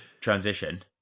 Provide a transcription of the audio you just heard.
transition